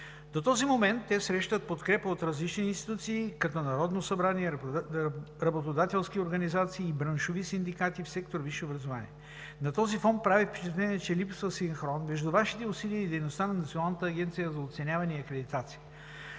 До този момент те срещат подкрепа от различни институции като Народно събрание, работодателски организации и браншови синдикати в сектор „висше образование“. На този фон прави впечатление, че липсва синхрон между Вашите усилия и дейността на Националната агенция за оценяване и акредитация.